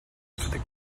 for